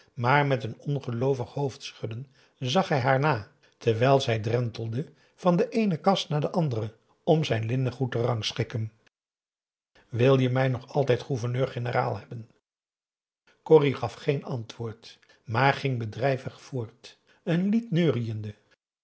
maar met een ongeloovig hoofdschudden zag hij haar na terwijl zij drentelde van de eene kast naar de andere om zijn linnengoed te rangschikken wil je mij nog altijd gouverneur-generaal hebben corrie gaf geen antwoord maar ging bedrijvig voort een lied neuriënde